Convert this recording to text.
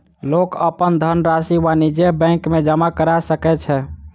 लोक अपन धनरशि वाणिज्य बैंक में जमा करा सकै छै